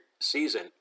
season